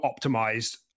optimized